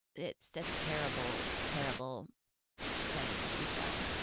it's a terrible, terrible thing that you've done.